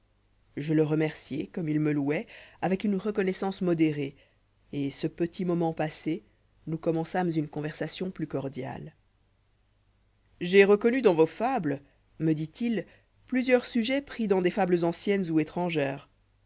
je le remerciai comme il me louoit avec une recont hoissance modérée et ce petit monient passé nous commençâmes une conversation plus cordiale j'ai reconnu dans vos fables me dit-il plusieurs sujets pris dans des fables anciennes ou étrangères